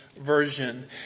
Version